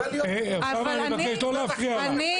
אני מבקש לא להפריע לה.